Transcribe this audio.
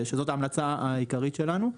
שזאת ההמלצה העיקרית שלנו.